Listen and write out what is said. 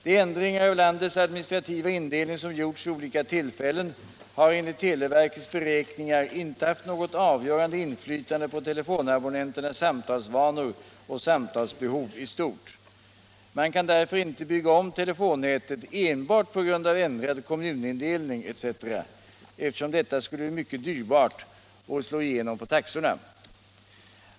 De ändringar av landets administrativa indelning som gjorts vid olika tillfällen har enligt televerkets beräkningar inte haft något avgörande inflytande på telefonabonnenternas samtalsvanor och samtalsbehov i stort. Man kan därför inte bygga om telefonnätet enbart på grund av ändrad kommunindelning etc., eftersom detta skulle bli mycket dyrbart och slå igenom på taxorna.